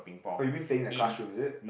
oh you mean playing in the classroom is it